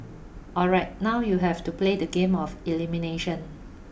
alright now you have to play the game of elimination